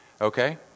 Okay